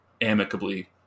amicably